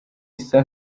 isa